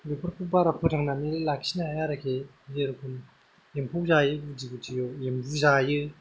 बेफोरखौ बारा फोथांनानै लाखिनो हाया आरोखि जेरैबादि एमफौ जायो गुदि गुदियाव एम्बु जायो